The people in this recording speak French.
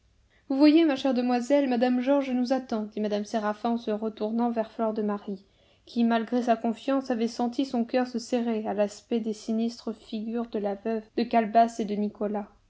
vous voyez ma chère demoiselle mme georges nous attend dit mme séraphin en se retournant vers fleur de marie qui malgré sa confiance avait senti son coeur se serrer à l'aspect des sinistres figures de la veuve de calebasse et de nicolas